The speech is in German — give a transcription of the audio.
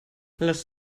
lass